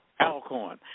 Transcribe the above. Alcorn